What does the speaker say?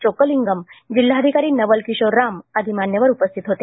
चोक्कलिंगम जिल्हाधिकारी नवल किशोर राम आदी मान्यवर उपस्थित होते